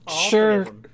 Sure